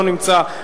לא נמצא,